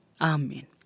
Amen